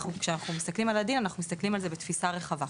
כשאנחנו מסתכלים על הדין אנחנו מסתכלים על זה בתפיסה רחבה.